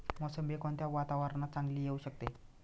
मोसंबी कोणत्या वातावरणात चांगली येऊ शकते?